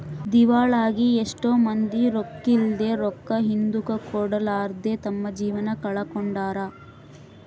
ದಿವಾಳಾಗಿ ಎಷ್ಟೊ ಮಂದಿ ರೊಕ್ಕಿದ್ಲೆ, ರೊಕ್ಕ ಹಿಂದುಕ ಕೊಡರ್ಲಾದೆ ತಮ್ಮ ಜೀವ ಕಳಕೊಂಡಾರ